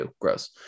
gross